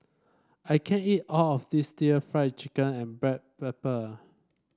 I can't eat all of this Fried Chicken and Black Pepper